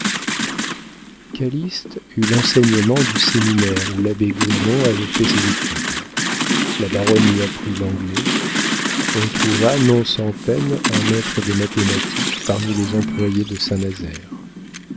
calyste eut l'enseignement du séminaire où l'abbé grimont avait fait ses études la baronne lui apprit l'anglais on trouva non sans peine un maître de mathématiques parmi les employés de